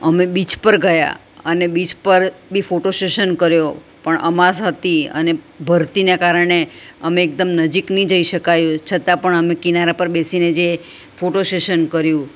અમે બીચ પર ગયા અને બીચ પર બી ફોટો સેશન કર્યો પણ અમાસ હતી અને ભરતીને કારણે અમે એકદમ નજીક નહિ જઈ શકાયું છતાં પણ અમે કિનારા પર બેસીને જે ફોટો સેશન કર્યું